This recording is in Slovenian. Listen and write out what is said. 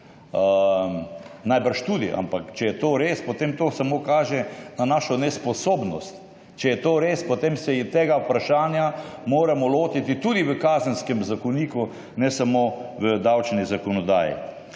Najbrž tudi, ampak če je to res, potem to samo kaže na našo nesposobnost. Če je to res, potem se moramo tega vprašanja lotiti tudi v Kazenskem zakoniku, ne samo v davčni zakonodaji.